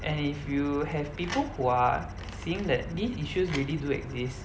and if you have people who are seeing that these issues really do exist